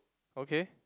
okay